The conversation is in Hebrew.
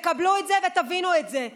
תקבלו את זה ותבינו את זה.